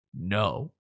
no